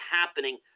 happening –